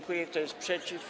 Kto jest przeciw?